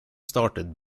started